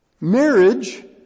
Marriage